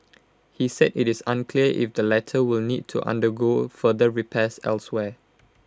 he said IT is unclear if the latter will need to undergo further repairs elsewhere